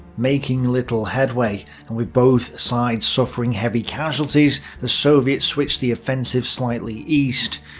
making little headway, and with both sides suffering heavy casualties, the soviets switched the offensive slightly east.